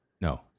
No